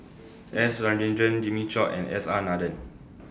S Rajendran Jimmy Chok and S R Nathan